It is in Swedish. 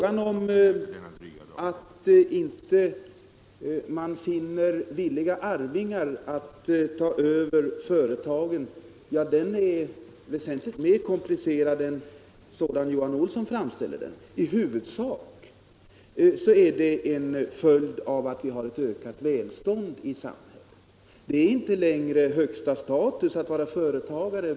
Att man inte finner några arvingar som är villiga att ta över företagen är en väsentligt svårare fråga än som Johan Olsson framställer den. I huvudsak är detta en följd av att vi har ett ökat välstånd i samhället. Det är inte längre högsta ”status” att vara företagare.